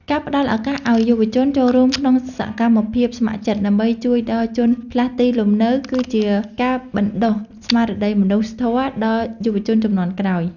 ការផ្តល់ឱកាសឱ្យយុវជនចូលរួមក្នុងសកម្មភាពស្ម័គ្រចិត្តដើម្បីជួយដល់ជនផ្លាស់ទីលំនៅ គឺជាការបណ្តុះស្មារតីមនុស្សធម៌ដល់យុវជនជំនាន់ក្រោយ។